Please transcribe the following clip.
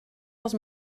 dels